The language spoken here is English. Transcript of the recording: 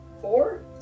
four